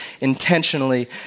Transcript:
intentionally